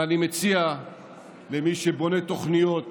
ואני מציע למי שבונה תוכניות,